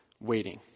waiting